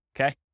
Okay